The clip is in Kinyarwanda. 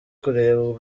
kureba